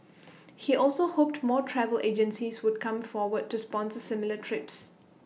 he also hoped more travel agencies would come forward to sponsor similar trips